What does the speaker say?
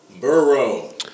Burrow